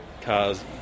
cars